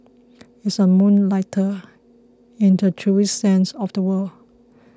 he is a moonlighter in the truest sense of the word